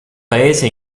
paese